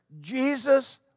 jesus